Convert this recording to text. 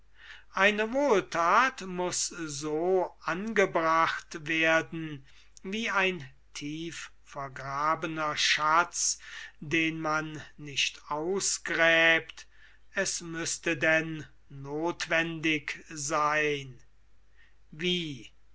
eine wohlthat muß so angebracht werden wie ein tief vergrabener schatz den man nicht ausgräbt es müßte denn nothwendig sein wie